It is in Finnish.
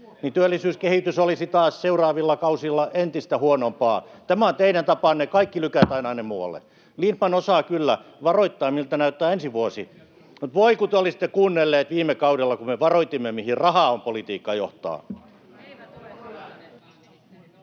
niin työllisyyskehitys olisi taas seuraavilla kausilla entistä huonompaa. Tämä on teidän tapanne: kaikki lykätään aina muualle. Lindtman osaa kyllä varoittaa, miltä näyttää ensi vuosi, mutta voi kun te olisitte kuunnelleet viime kaudella, kun me varoitimme, mihin rahaa on ‑politiikka johtaa.